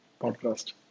podcast